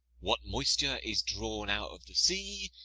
what moisture is drawn out of the sea,